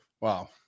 Wow